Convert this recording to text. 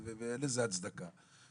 אין לזה הצדקה.